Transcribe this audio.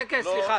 גם אם הנושא הוא לא